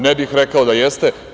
Ne bih rekao da jeste.